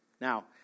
Now